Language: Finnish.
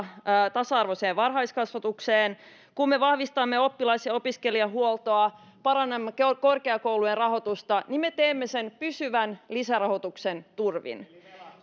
tasa arvoiseen varhaiskasvatukseen kun me vahvistamme oppilas ja opiskelijahuoltoa parannamme korkeakoulujen rahoitusta niin me teemme sen pysyvän lisärahoituksen turvin